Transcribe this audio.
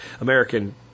American